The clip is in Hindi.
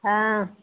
हाँ